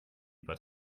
but